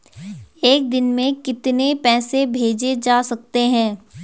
एक दिन में कितने पैसे भेजे जा सकते हैं?